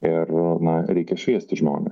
ir na reikia šviesti žmones